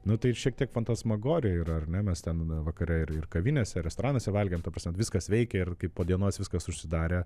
nu tai šiek tiek fantasmagorija yra ar ne mes ten vakare ir ir kavinėse restoranuose valgėm ta prasme viskas veikė ir kaip po dienos viskas užsidarė